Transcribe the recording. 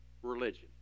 Religion